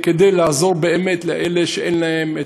כדי לעזור באמת לאלה שאין להם,